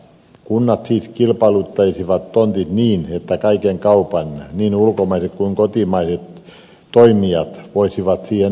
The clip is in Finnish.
kunnat siis kilpailuttaisivat tontit niin että kaikki kaupan niin ulkomaiset kuin kotimaiset toimijat voisivat siihen osallistua